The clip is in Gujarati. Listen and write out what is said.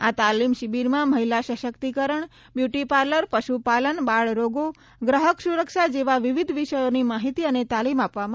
આ તાલિમ શિબિરમાં મહિલા સશક્તિકરણ બ્યૂટી પાર્લર પશુપાલન બાળરોગો ગ્રાહક સુરક્ષા જેવા વિવિધ વિષયોની માહિતી અને તાલિમ આપવામાં આવી રહી છે